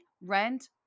rent